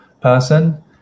person